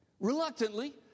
Reluctantly